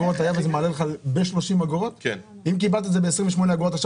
התורה הציגו לנו הצגה מקיפה על סוגים